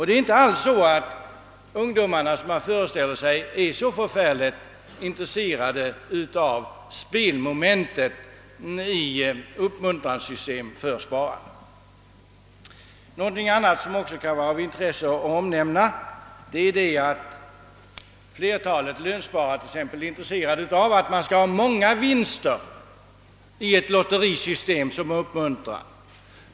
Det är inte alls så att ungdomarna, som man föreställer sig, är särskilt intresserade av spelmomentet i uppmuntrandesystemet. Någonting annat, som också kan vara av intresse att omnämna, är att flertalet lönsparare vill ha många vinster i ett lotterisystem som uppmuntran.